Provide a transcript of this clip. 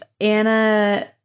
Anna